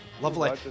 Lovely